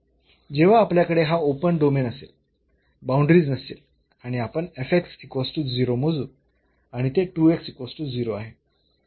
तेव्हा आपल्याकडे हा ओपन डोमेन असेल बाऊंडरीज नसतील आणि आपण मोजू आणि ते आहे